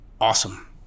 awesome